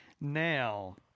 Now